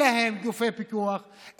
אין להן גופי פיקוח,